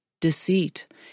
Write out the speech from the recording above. deceit